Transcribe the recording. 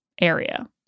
area